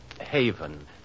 haven